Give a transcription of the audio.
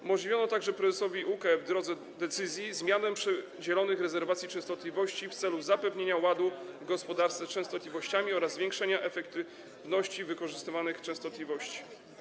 Umożliwiono także prezesowi UKE, w drodze decyzji, zmianę przydzielonych rezerwacji częstotliwości w celu zapewnienia ładu w gospodarce częstotliwościami oraz zwiększenia efektywności wykorzystywanych częstotliwości.